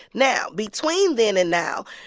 now, between then and now,